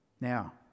Now